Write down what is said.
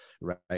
right